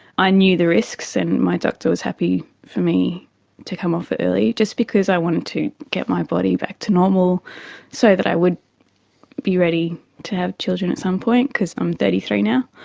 i knew the risks and my doctor was happy for me to come off it early, just because i wanted to get my body back to normal so that i would be ready to have children at some point, because i'm thirty three now.